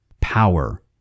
Power